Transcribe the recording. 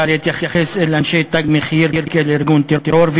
להתייחס לאנשי "תג מחיר" כאל ארגון טרור,